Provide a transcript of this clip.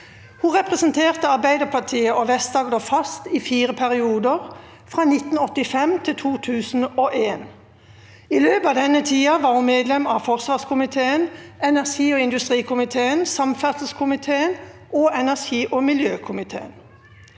Hun representerte Arbeiderpartiet og Vest-Agder fast i fire perioder, fra 1985 til 2001. I løpet av denne tida var hun medlem av forsvarskomiteen, energi- og indus trikomiteen, samferdselskomiteen og energi- og miljøkomiteen.